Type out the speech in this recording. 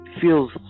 feels